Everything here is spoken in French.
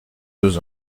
deux